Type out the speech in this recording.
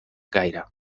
gaire